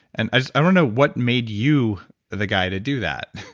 and i don't know what made you the guy to do that